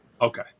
Okay